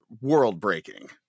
world-breaking